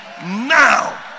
now